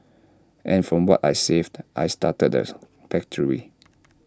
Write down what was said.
and from what I saved I started theirs factory